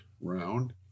round